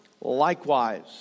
Likewise